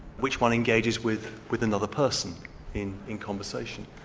which one engages with with another person in in conversation.